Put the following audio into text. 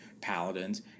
paladins